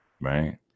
right